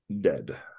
dead